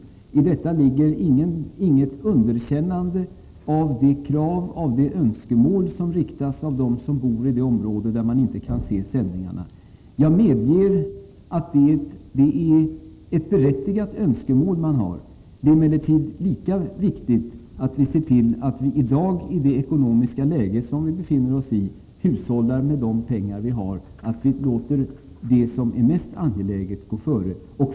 Men i detta ligger inget underkännande av de krav som riktas av dem som bor i de områden där man inte kan se sändningarna. Jag medger att det är berättigade önskemål man har. Det är emellertid lika viktigt att, i det ekonomiska läge som vi i dag befinner oss i, hushålla med de pengar vi har och låta det som är mest angeläget gå före.